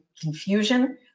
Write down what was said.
confusion